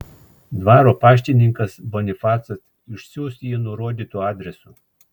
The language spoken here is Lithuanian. dvaro paštininkas bonifacas išsiųs jį nurodytu adresu